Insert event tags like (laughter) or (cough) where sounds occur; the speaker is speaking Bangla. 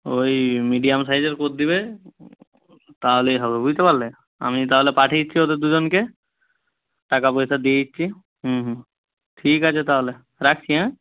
ওই মিডিয়াম সাইজের করে দেবে (unintelligible) তাহলেই হবে বুঝতে পারলে আমি তাহলে পাঠিয়ে দিচ্ছি ওদের দুজনকে টাকাপয়সা দিয়ে দিচ্ছি হুম হুম ঠিক আছে তাহলে রাখছি হ্যাঁ